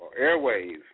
airwaves